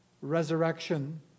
resurrection